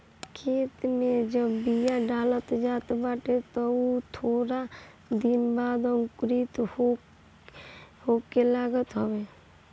खेते में जब बिया डालल जात बाटे तअ उ थोड़ दिन बाद अंकुरित होखे लागत हवे